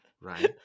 Right